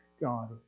God